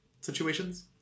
situations